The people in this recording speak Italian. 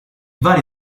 vari